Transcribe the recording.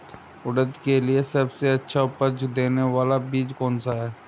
उड़द के लिए सबसे अच्छा उपज देने वाला बीज कौनसा है?